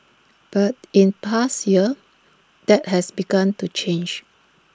but in past year that has begun to change